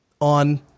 on